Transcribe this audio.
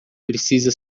precisa